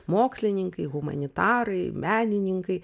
mokslininkai humanitarai menininkai